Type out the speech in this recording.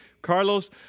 Carlos